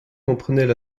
comprenaient